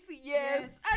yes